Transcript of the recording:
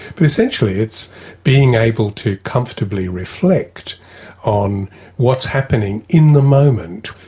but essentially it's being able to comfortably reflect on what's happening in the moment,